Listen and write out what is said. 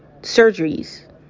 surgeries